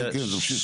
כן, כן, תמשיך.